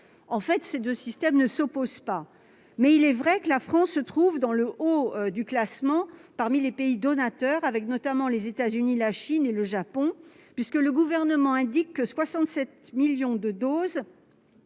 De fait, ces deux systèmes ne s'opposent pas, mais il convient de reconnaître que la France se trouve dans le haut du classement parmi les pays donateurs, en compagnie notamment des États-Unis, de la Chine et du Japon. En effet, le Gouvernement indique que 67 millions de doses